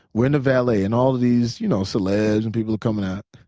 we're in the valet and all of these you know celebs and people are coming out.